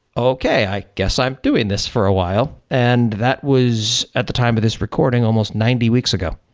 okay. i guess i'm doing this for a while, and that was at the time of this recording almost ninety weeks ago.